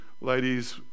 ladies